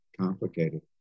complicated